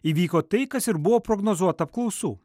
įvyko tai kas ir buvo prognozuota apklausų